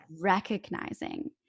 recognizing